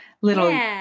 little